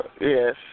Yes